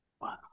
Wow